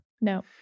No